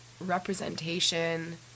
representation